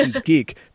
Geek